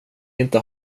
inte